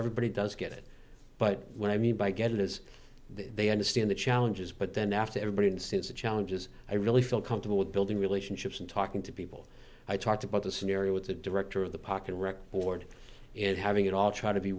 everybody does get it but what i mean by getting is they understand the challenges but then after everybody and since the challenges i really feel comfortable with building relationships and talking to people i talked about the scenario with the director of the park and rec board and having it all try to be